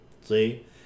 See